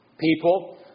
people